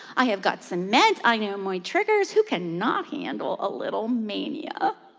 i have got some meds. i know my triggers. who cannot handle a little mania?